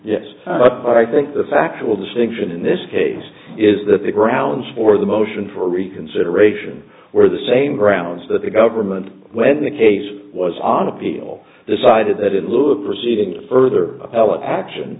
yes but i think the factual distinction in this case is that the grounds for the motion for reconsideration were the same grounds that the government when the case was on appeal decided that in lieu of proceeding further appellate action